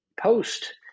post